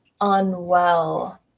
unwell